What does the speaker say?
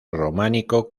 románico